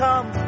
Come